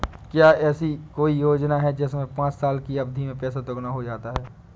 क्या ऐसी कोई योजना है जिसमें पाँच साल की अवधि में पैसा दोगुना हो जाता है?